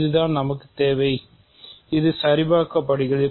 இதுதான் நமக்குத் தேவை இது சரிபார்க்கப்படுகிறது